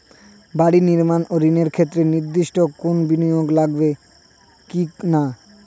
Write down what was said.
বাড়ি নির্মাণ ঋণের ক্ষেত্রে নির্দিষ্ট কোনো বিনিয়োগ লাগবে কি না?